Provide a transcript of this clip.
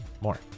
more